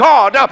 God